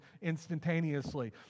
instantaneously